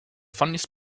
funniest